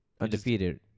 Undefeated